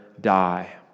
die